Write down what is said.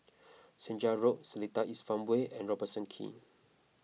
Senja Road Seletar East Farmway and Robertson Quay